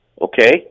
okay